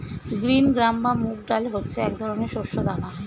green gram বা মুগ ডাল হচ্ছে এক ধরনের শস্য দানা